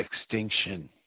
extinction